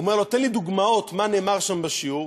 הוא אומר לו: תן לי דוגמאות, מה נאמר שם בשיעור?